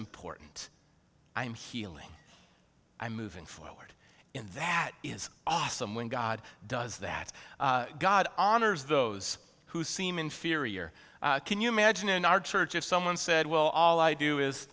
important i'm healing i'm moving forward and that is awesome when god does that god honors those who seem inferior can you imagine in our church if someone said well all i do is